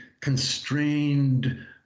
constrained